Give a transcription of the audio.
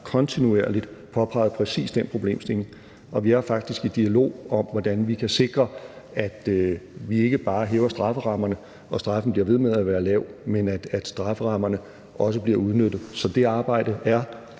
kontinuerligt har påpeget præcis den problemstilling, og vi er faktisk i dialog om, hvordan vi kan sikre, at vi ikke bare hæver strafferammerne og straffen bliver ved med at være lav, men at strafferammerne også bliver udnyttet. Så det arbejde er